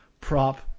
prop